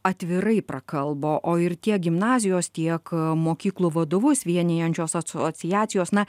atvirai prakalbo o ir tiek gimnazijos tiek mokyklų vadovus vienijančios asociacijos na